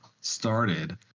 started